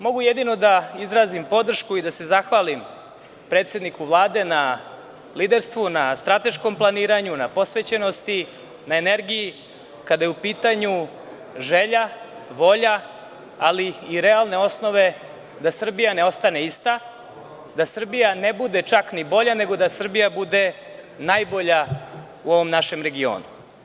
Mogu jedino da izrazim podršku i da se zahvalim predsedniku Vlade na liderstvu, na strateškom planiranju, na posvećenosti, na energiji kada je u pitanju želja, volja ali i realne osnove da Srbija ne ostane ista, da Srbija ne bude čak ni bolja, nego da Srbija bude najbolja u ovom našem regionu.